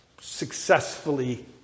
successfully